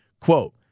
Quote